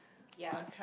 ya